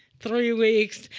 three weeks.